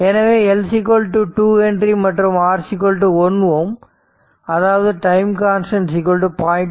எனவே L 2 H மற்றும் R 1Ω அதாவது டைம் கான்ஸ்டன்ட் 0